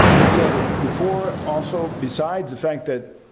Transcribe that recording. we said before, also, besides the fact that